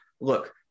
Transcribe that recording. Look